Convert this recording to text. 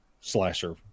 slasher